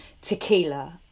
tequila